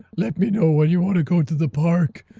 let me know when you want to go to the park.